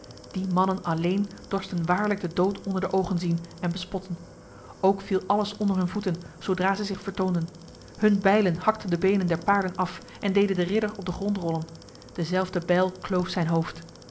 die mannen alleen dorsten waarlijk de dood onder de ogen zien en bespotten ook viel alles onder hun voeten zodra zij zich vertoonden hun bijlen hakten de benen der paarden af en deden de ridder op de grond rollen dezelfde bijl kloof zijn hoofd